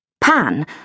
Pan